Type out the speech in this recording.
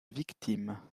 victimes